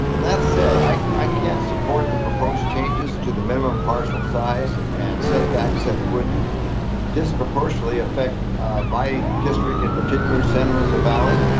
that said, i can't support the proposed changes to the minimum parcel size and setbacks that would disproportionately affect my district, in particular santa rosa valley.